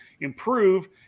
improve